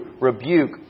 rebuke